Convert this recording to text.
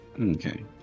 Okay